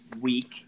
week